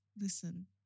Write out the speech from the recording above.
listen